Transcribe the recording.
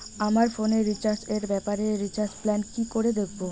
আমার ফোনে রিচার্জ এর ব্যাপারে রিচার্জ প্ল্যান কি করে দেখবো?